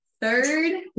Third